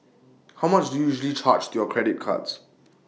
how much do you usually charge to your credit cards